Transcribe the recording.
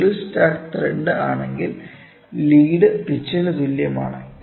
single start thread ആണെങ്കിൽ lead പിച്ചിന് തുല്യമാണ്